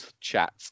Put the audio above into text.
chat